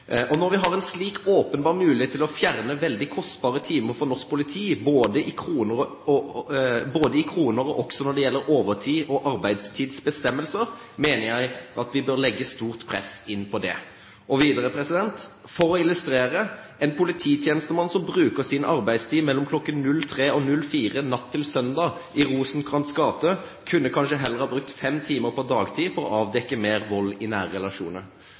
og også når det gjelder overtid og arbeidstidsbestemmelser, mener jeg at man bør legge stort press inn på det.» Og videre: «For å illustrere: En polititjenestemann som bruker sin arbeidstid mellom kl. 03 og 04 natt til søndag i Rosenkrantz' gate, kunne kanskje heller ha brukt fem timer på dagtid for å avdekke mer vold i